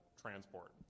transport